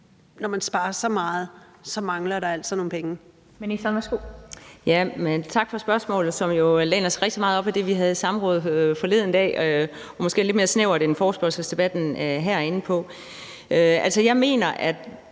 når man sparer så meget, mangler der altså nogle penge?